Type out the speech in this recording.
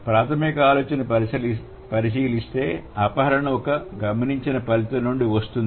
ప్రాథమిక ఆలోచనను పరిశీలిస్తే అపహరణ ఒక గమనించిన ఫలితం నుండి వస్తుంది